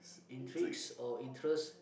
intrigues or interest